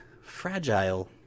fragile